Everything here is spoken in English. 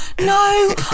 no